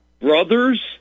brothers